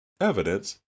evidence